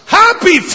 happy